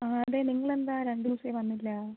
ആ അതെ നിങ്ങളെന്താണ് രണ്ട് ദിവസമായി വന്നില്ല